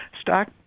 stock